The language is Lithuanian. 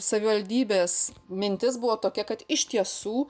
savivaldybės mintis buvo tokia kad iš tiesų